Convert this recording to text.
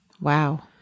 Wow